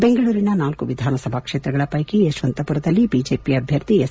ಬೆಂಗಳೂರಿನ ನಾಲ್ಕು ವಿಧಾನಸಭಾ ಕ್ಷೇತ್ರಗಳ ವೈಕಿ ಯಶವಂತಮರದಲ್ಲಿ ಬಿಜೆಪಿ ಅಭ್ಯರ್ಥಿ ಎಸ್